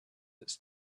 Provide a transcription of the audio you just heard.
its